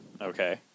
Okay